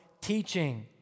teaching